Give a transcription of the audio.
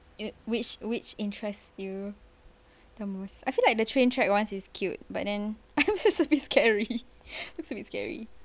which which interest you the most I feel like the train track ones is cute but then I'm just a bit scary looks a bit scary